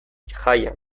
jaian